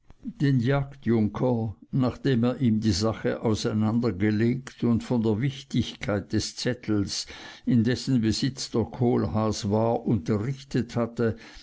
den jagdjunker nachdem er ihm die sache auseinandergelegt und von der wichtigkeit des zettels in dessen besitz der kohlhaas war unterrichtet hatte